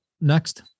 next